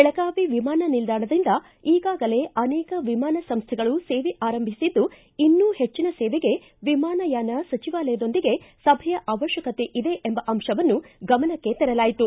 ಬೆಳಗಾವಿ ವಿಮಾನ ನಿಲ್ದಾಣದಿಂದ ಈಗಾಗಲೇ ಅನೇಕ ವಿಮಾನ ಸಂಸ್ಟೆಗಳು ಸೇವೆ ಪ್ರಾರಂಭಿಸಿದ್ದು ಇನ್ನೂ ಹೆಚ್ಚನ ಸೇವೆಗೆ ವಿಮಾನಯಾನ ಸಚಿವಾಲಯದೊಂದಿಗೆ ಸಭೆಯ ಅವಶ್ವಕತೆ ಇದೆ ಎಂಬ ಅಂಶವನ್ನು ಗಮನಕ್ಕೆ ತರಲಾಯಿತು